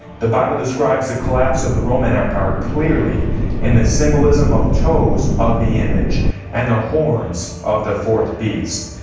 the bible describes the collapse of the roman empire clearly in the symbolism of toes of the image and the horns of the fourth beast.